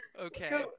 Okay